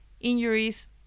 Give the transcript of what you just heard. injuries